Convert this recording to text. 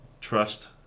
trust